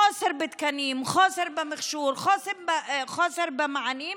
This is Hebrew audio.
חוסר בתקנים, חוסר במכשור, חוסר במענים,